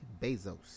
Bezos